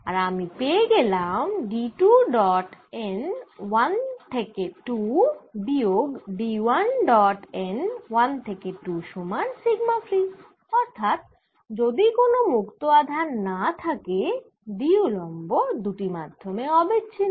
আর আমি পেয়ে গেলাম D 2 ডট n 1 থেকে 2 বিয়োগ D 1 ডট n 1 থেকে 2 সমান সিগমা ফ্রী অর্থাৎ যদি কোন মুক্ত আধান না থাকে D উলম্ব দুটি মাধ্যমে অবিচ্ছিন্ন